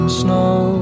snow